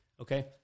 okay